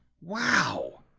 Wow